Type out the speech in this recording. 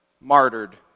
martyred